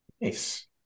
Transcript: Nice